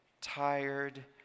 tired